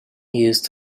used